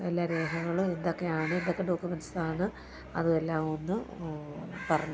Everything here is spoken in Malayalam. എല്ലാ രേഖകളും എന്തൊക്കെ ആണ് എന്തൊക്കെ ഡോക്യുമെൻസാണ് അതുമെല്ലാം ഒന്ന് പറഞ്ഞു തരണം